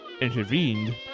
intervened